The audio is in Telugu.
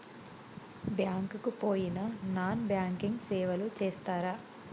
బ్యాంక్ కి పోయిన నాన్ బ్యాంకింగ్ సేవలు చేస్తరా?